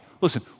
Listen